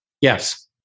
Yes